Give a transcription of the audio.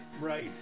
Right